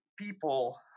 people